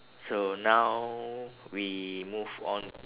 so now we move on